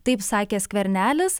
taip sakė skvernelis